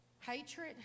hatred